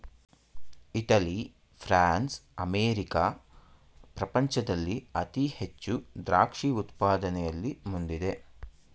Italy, France, America ಪ್ರಪಂಚದಲ್ಲಿ ಅತಿ ಹೆಚ್ಚು ದ್ರಾಕ್ಷಿ ಉತ್ಪಾದನೆಯಲ್ಲಿ ಮುಂದಿದೆ